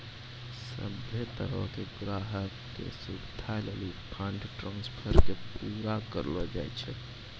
सभ्भे तरहो के ग्राहको के सुविधे लेली फंड ट्रांस्फर के पूरा करलो जाय छै